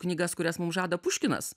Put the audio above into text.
knygas kurias mum žada puškinas